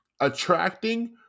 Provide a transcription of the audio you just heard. attracting